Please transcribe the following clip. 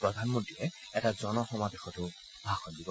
প্ৰধানমন্ত্ৰীয়ে এটা জন সমাৱেশতো ভাষণ দিব